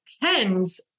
hens